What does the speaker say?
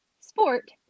sport